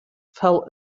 fell